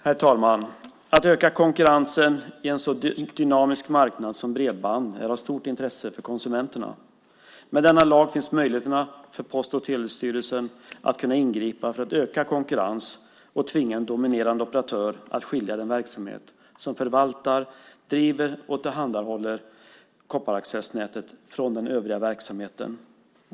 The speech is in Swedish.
Herr talman! Att öka konkurrensen i en så dynamisk marknad som bredband är av stort intresse för konsumenterna. Med denna lag finns möjligheter för Post och telestyrelsen att ingripa för att öka konkurrensen och tvinga en dominerande operatör att skilja den verksamhet som förvaltar, driver och tillhandahåller kopparaccessnätet från operatörens övriga verksamhet.